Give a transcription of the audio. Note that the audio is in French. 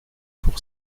pour